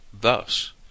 Thus